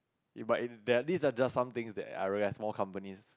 it but it that are some things that I realise small companies